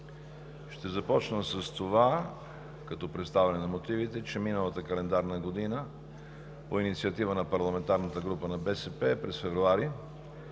Ще започна с това като представяне на мотивите, че миналата календарна година по инициатива на парламентарната група на БСП през месец